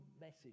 message